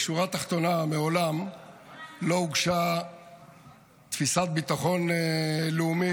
בשורה התחתונה מעולם לא הוגשה תפיסת ביטחון לאומי,